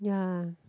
ya